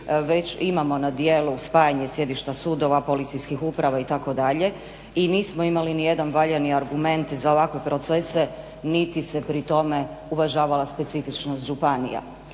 već imamo na djelu spajanje sjedišta sudova, policijskih uprava itd. i nismo imali nijedan valjani argument za ovakve procese niti se pri tome uvažavala specifičnost županija.